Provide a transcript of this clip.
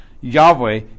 Yahweh